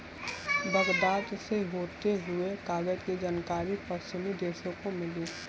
Baghdad से होते हुए कागज की जानकारी पश्चिमी देशों को मिली